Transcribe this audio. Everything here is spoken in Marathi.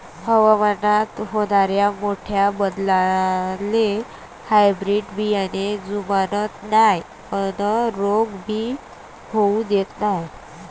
हवामानात होनाऱ्या मोठ्या बदलाले हायब्रीड बियाने जुमानत नाय अन रोग भी होऊ देत नाय